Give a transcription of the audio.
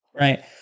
right